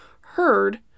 heard